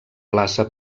plaça